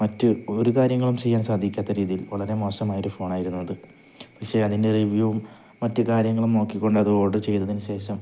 മറ്റ് ഒരു കാര്യങ്ങളും ചെയ്യാൻ സാധിക്കാത്ത രീതിയിൽ വളരെ മോശമായൊരു ഫോണായിരുന്നു അത് പക്ഷേ അതിൻ്റെ റിവ്യൂവും മറ്റു കാര്യങ്ങളും നോക്കിക്കൊണ്ട് അത് ഓർഡർ ചെയ്തതിനുശേഷം